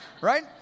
right